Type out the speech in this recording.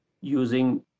using